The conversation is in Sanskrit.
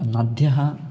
नद्यः